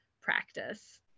practice